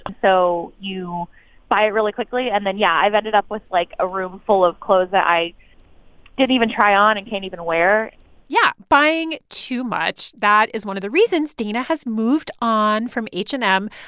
so you buy it really quickly. and then, yeah, i've ended up with like a room full of clothes that i didn't even try on and can't even wear yeah buying too much. that is one of the reasons dana has moved on from h and m,